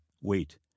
wait